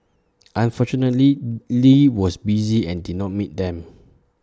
unfortunately lee was busy and did not meet them